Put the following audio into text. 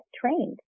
trained